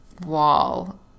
wall